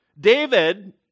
David